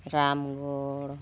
Ramgarh